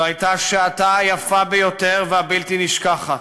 זו הייתה שעתה היפה ביותר והבלתי-נשכחת.